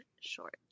short